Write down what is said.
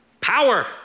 Power